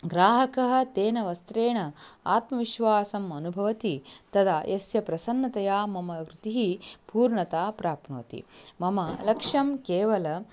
ग्राहकः तेन वस्त्रेण आत्मविश्वासम् अनुभवति तदा यस्य प्रसन्नतया मम ऋचिः पूर्णता प्राप्नोति मम लक्ष्यं केवलम्